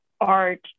art